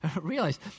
Realize